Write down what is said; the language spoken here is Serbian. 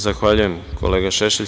Zahvaljujem kolega Šešelj.